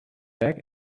back